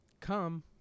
come